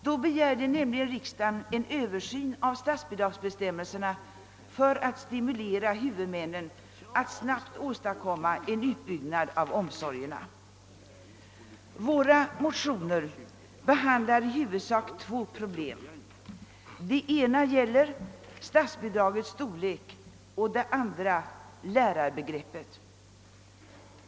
Då begärde nämligen riksdagen en översyn av statsbidragsbestämmelserna för att stimulera huvudmännen till att snabbt åstadkomma en utbyggnad av omsorgerna. Våra motioner behandlar i huvudsak två problem. Det ena gäller statsbidragets storlek och det andra lärarbegreppet.